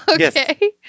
Okay